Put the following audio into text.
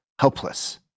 helpless